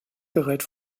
gerät